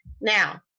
Now